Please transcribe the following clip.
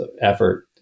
effort